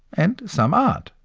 and some aren't.